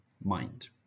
mind